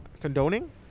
condoning